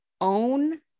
own